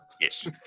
Yes